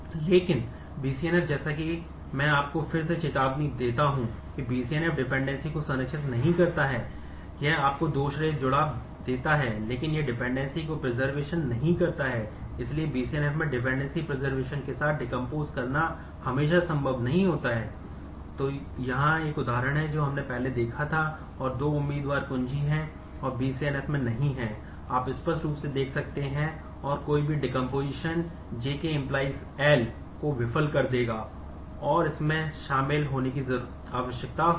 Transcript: लेकिन BCNF जैसा कि मैं आपको फिर से चेतावनी देता हूं कि BCNF डिपेंडेंसी नहीं करेगा